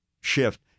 shift